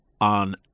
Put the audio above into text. on